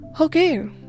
okay